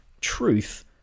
truth